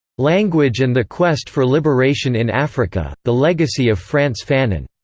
language and the quest for liberation in africa the legacy of frantz fanon.